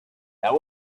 that